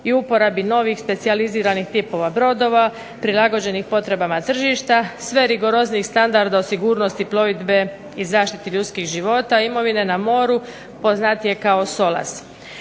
i uporabi novih, specijaliziranih tipova brodova prilagođenih potrebama tržišta, sve rigoroznijih standarda o sigurnosti plovidbe i zaštiti ljudskih života, imovine na moru poznatije kao solaz.